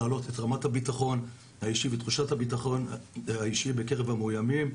להעלות את רמת הביטחון האישי ותחושת הביטחון האישי בקרב המאוימים,